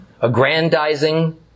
Aggrandizing